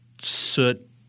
soot